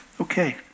okay